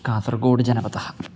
कासर्गोड् जनपदः